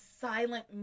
silent